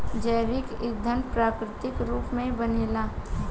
जैविक ईधन प्राकृतिक रूप से बनेला